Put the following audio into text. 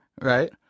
Right